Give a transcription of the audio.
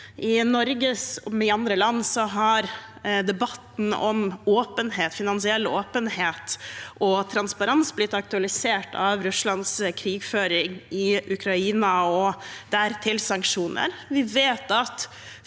I Norge som i andre land har debatten om finansiell åpenhet og transparens blitt aktualisert av Russlands krigføring i Ukraina og dertil hørende sanksjoner.